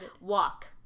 walk